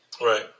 Right